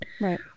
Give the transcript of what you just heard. Right